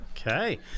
Okay